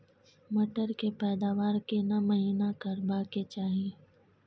मटर के पैदावार केना महिना करबा के चाही?